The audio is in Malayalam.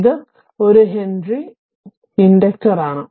ഇത് ഒരു ഹെൻറി ഇൻഡക്റ്ററാണ്